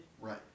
Right